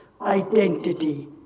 identity